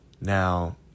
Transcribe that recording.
Now